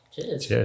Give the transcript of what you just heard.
Cheers